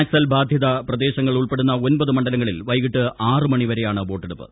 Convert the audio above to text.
നക്സൽ ബാധിത പ്രദേശങ്ങൾ ഉൾപ്പെടുന്ന ഒൻപത് മണ്ഡലങ്ങളിൽ വൈകിട്ട് ആറ് മണി വരെയാണ് വോട്ടെടുപ്പ്